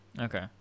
Okay